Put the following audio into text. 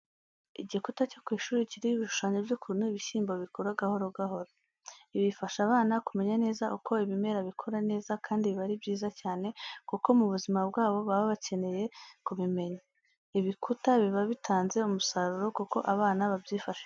Igikuta cyo ku ishuri kiriho ibishushanyo by'ukuntu ibishyimbo bikura gahoro gahoro. Ibi bifasha abana kumenya neza uko ibimera bikura neza kandi biba ari byiza cyane kuko mu buzima bwabo baba bakeneye kubimenya. Ibikuta biba bitanze umusaruro kuko abana babyifashisha mu kwiga.